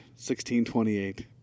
1628